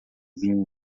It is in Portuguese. vinho